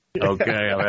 Okay